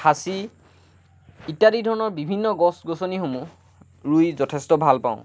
সাঁচি ইত্যাদি ধৰণৰ বিভিন্ন গছ গছনিসমূহ ৰুই যথেষ্ট ভাল পাওঁ